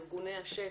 ארגוני השטח,